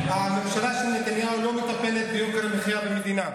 הממשלה של נתניהו לא מטפלת ביוקר המחיה במדינה.